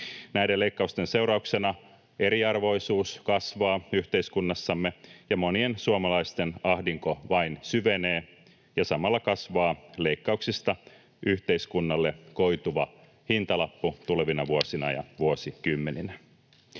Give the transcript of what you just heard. Näiden leikkausten seurauksena eriarvoisuus kasvaa yhteiskunnassamme ja monien suomalaisten ahdinko vain syvenee ja samalla kasvaa leikkauksista yhteiskunnalle koituva hintalappu tulevina vuosina ja vuosikymmeninä.